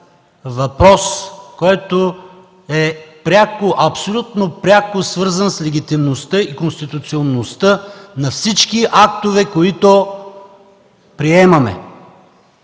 въпрос, който е пряко, абсолютно пряко свързан с легитимността и конституционността на всички актове, които приемаме.